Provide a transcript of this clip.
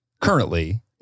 currently